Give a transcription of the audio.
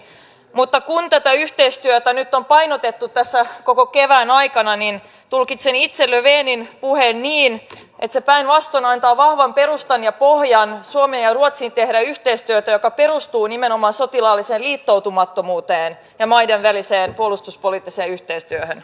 mutta kun tätä yhteistyötä nyt on painotettu tässä koko kevään aikana niin tulkitsen itse löfvenin puheen niin että se päinvastoin antaa vahvan perustan ja pohjan suomen ja ruotsin tehdä yhteistyötä joka perustuu nimenomaan sotilaalliseen liittoutumattomuuteen ja maiden väliseen puolustuspoliittiseen yhteistyöhön